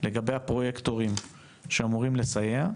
לגבי הפרויקטורים שאמורים לסייע,